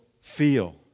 feel